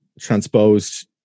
transposed